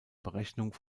berechnung